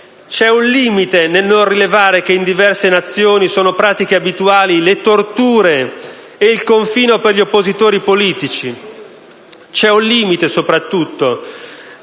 C'è un limite nel non rilevare che in diverse Nazioni sono pratiche abituali le torture e il confino per gli oppositori politici. C'è un limite, soprattutto,